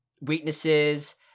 weaknesses